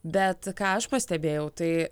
bet ką aš pastebėjau tai